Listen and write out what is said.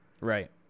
Right